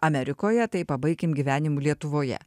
amerikoje tai pabaikim gyvenimu lietuvoje